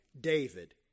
David